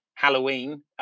Halloween